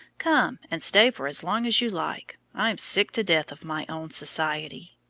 come and stay for as long as you like. i'm sick to death of my own society.